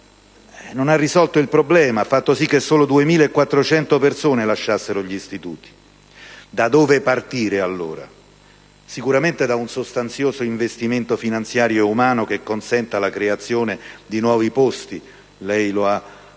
non ha risolto il problema e ha fatto sì che solo 2.400 persone lasciassero gli istituti. Da dove partire allora? Sicuramente da un sostanzioso investimento umano e finanziario che consenta la creazione di nuovi posti - lei lo ha